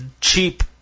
cheap